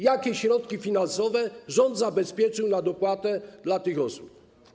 Jakie środki finansowe rząd zabezpieczył na dopłatę dla tych osób?